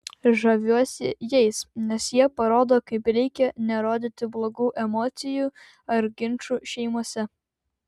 žaviuosi jais nes jie parodo kaip reikia nerodyti blogų emocijų ar ginčų šeimose